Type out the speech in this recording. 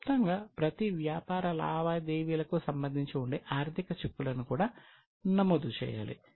క్లుప్తంగా ప్రతి వ్యాపార లావాదేవీలకు సంబంధించి ఉండే ఆర్థిక చిక్కులను కూడా నమోదు చేయాలి